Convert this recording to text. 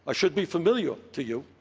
ah should be familiar to you,